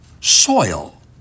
soil